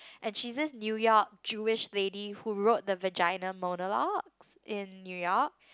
and she's this New York Jewish lady who wrote the Vagina Monologues in New York